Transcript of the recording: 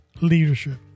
leadership